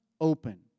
open